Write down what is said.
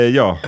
ja